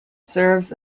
serves